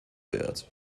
wird